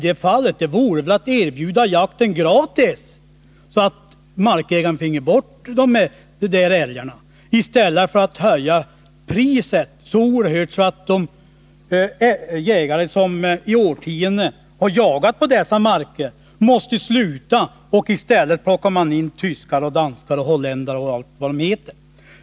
Det enda raka vore väl i så fall att erbjuda jakträtten gratis, så att markägaren fick bort älgarna från sina ägor. Det borde man väl göraistället för att höja priserna så oerhört mycket att jägare som i årtionden jagat på dessa marker måste sluta med jakten. Den tas i stället över av tyskar, danskar, holländare och vilka de nu kan vara.